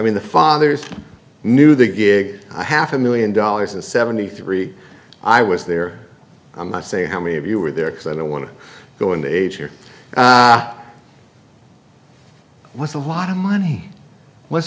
mean the fathers knew the gig i half a million dollars and seventy three i was there i'm not saying how many of you were there because i don't want to go into age here it was a lot of money